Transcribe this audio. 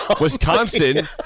Wisconsin